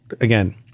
again